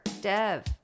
Dev